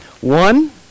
One